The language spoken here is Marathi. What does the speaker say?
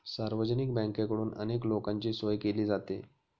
सार्वजनिक बँकेकडून अनेक लोकांची सोय केली जाते